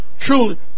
truly